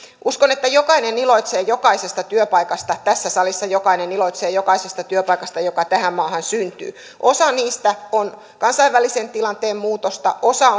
uskon että jokainen iloitsee jokaisesta työpaikasta tässä salissa jokainen iloitsee jokaisesta työpaikasta joka tähän maahan syntyy osa niistä on kansainvälisen tilanteen muutosta osa